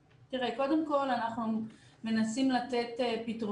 תראה, קודם כול, אנחנו מנסים לתת פתרונות.